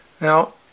Now